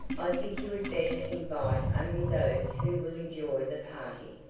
i think you had better invite only those who will enjoy the party,